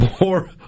More